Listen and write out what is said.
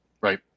Right